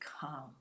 calm